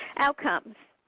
outcomes.